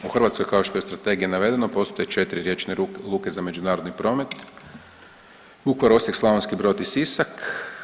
U Hrvatskoj kao što je iz strategije navedeno postoje četiri riječne luke za međunarodni promet Vukovar, Osijek, Slavonski Brod i Sisak.